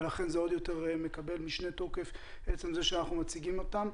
מה שנותן משנה תוקף להצגה שלהן כאן.